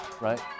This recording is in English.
right